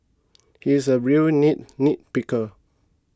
he is a real neat nitpicker